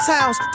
Towns